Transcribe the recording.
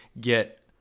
get